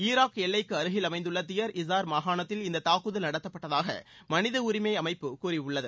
Iraq எல்லைக்கு அருகில் அமைந்துள்ள தியர் இசார் மாகாணத்தில் இந்த தாக்குதல் நடத்தப்பட்டதாக மனித உரிமை அமைப்பு கூறியுள்ளது